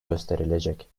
gösterilecek